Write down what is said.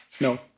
No